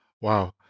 Wow